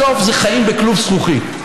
בסוף זה חיים בכלוב זכוכית.